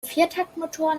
viertaktmotoren